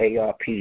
ARP